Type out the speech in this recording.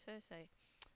so it's like